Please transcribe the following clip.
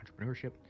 entrepreneurship